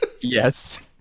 Yes